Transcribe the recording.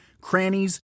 crannies